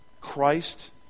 Christ